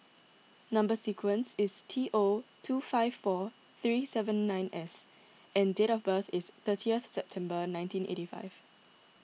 Number Sequence is T O two five four three seven nine S and date of birth is thirtieth September nineteen eighty five